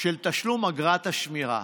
של תשלום אגרת השמירה?